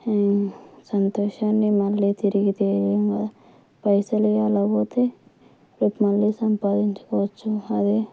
సంతోషాన్ని మళ్ళీ తిరిగి తేలేము కదా పైసలు ఇవ్వాళ పోతాయి రేపు మళ్ళీ సంపాదించుకోవచ్చు అదే